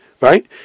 right